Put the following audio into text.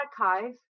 archive